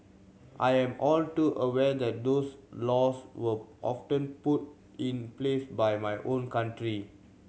I am all too aware that those laws were often put in place by my own country